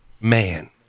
Man